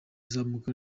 izamuka